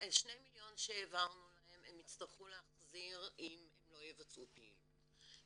שני המיליון שהעברנו להם הם יצטרכו להחזיר אם הם לא יבצעו פעילות,